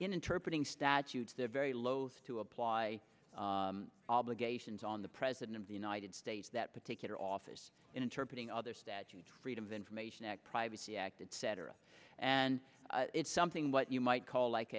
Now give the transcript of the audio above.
interpret ng statutes they're very loath to apply obligations on the president of the united states that particular office interpret in other statutes freedom of information act privacy act etc and it's something what you might call like